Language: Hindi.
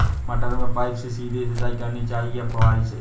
मटर में पाइप से सीधे सिंचाई करनी चाहिए या फुहरी से?